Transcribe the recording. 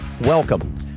Welcome